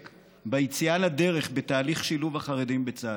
ביציאה לדרך של תהליך שילוב החרדים בצה"ל,